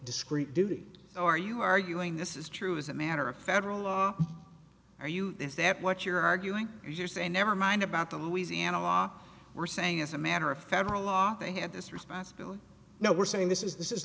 discreet duty are you arguing this is true as a matter of federal law are you is that what you're arguing or you're saying never mind about the louisiana law we're saying it's a matter of federal law they have this responsibility now we're saying this is this is